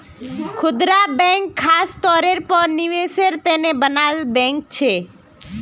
खुदरा बैंक ख़ास तौरेर पर निवेसेर तने बनाल बैंक छे